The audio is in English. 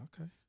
Okay